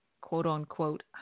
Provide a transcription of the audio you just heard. quote-unquote